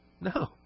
No